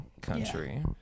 Country